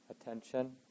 attention